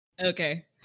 Okay